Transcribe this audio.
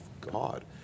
God